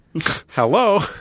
Hello